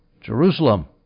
Jerusalem